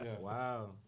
Wow